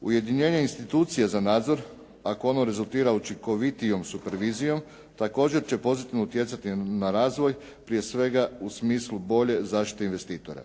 Ujedinjenje institucija za nadzor, ako ono rezultira učinkovitijom supervizijom, također će pozitivno utjecati na razvoj, prije svega u smislu bolje zaštite investitora.